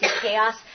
chaos